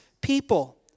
people